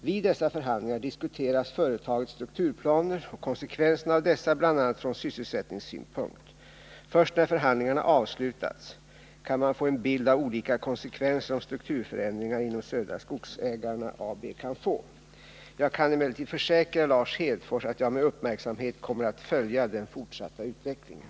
Vid dessa förhandlingar diskuteras företagets strukturplaner och konsekvenserna av dessa bl.a. från sysselsättningssynpunkt. Först när förhandlingarna avslutats kan man få en bild av de olika konsekvenser som strukturförändringar inom Södra Skogsägarna AB kan få. Jag kan emellertid försäkra Lars Hedfors att jag med uppmärksamhet kommer att följa den fortsatta utvecklingen.